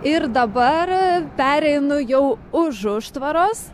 ir dabar pereinu jau už užtvaros